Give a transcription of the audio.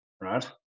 right